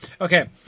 Okay